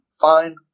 fine